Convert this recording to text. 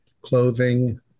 clothing